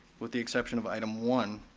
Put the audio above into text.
with the exception of item one.